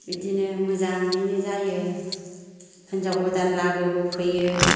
बिदिनो मोजाङैनो जायो हिन्जाव गोदान लागोबो फैयो